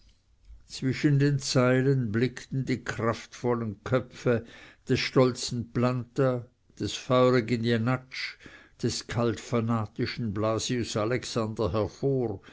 zwischen den zeilen blickten die kraftvollen köpfe des stolzen planta des feurigen jenatsch des kalt fanatischen blasius alexander hervor